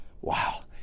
Wow